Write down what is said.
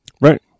Right